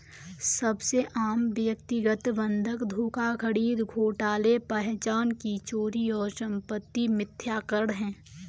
सबसे आम व्यक्तिगत बंधक धोखाधड़ी घोटाले पहचान की चोरी और संपत्ति मिथ्याकरण है